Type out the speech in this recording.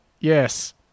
Yes